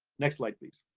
next slide please.